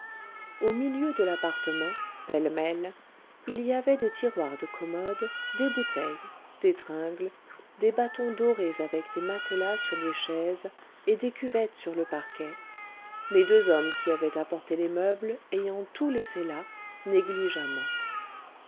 au milieu de l'appartement pêle-mêle il y avait des tiroirs de commode des bouteilles des tringles des bâtons dorés avec des matelas sur des chaises et des cuvettes sur le parquet les deux hommes qui avaient apporté les meubles ayant tout laissé là négligemment